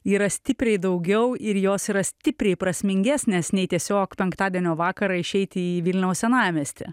yra stipriai daugiau ir jos yra stipriai prasmingesnės nei tiesiog penktadienio vakarą išeiti į vilniaus senamiestį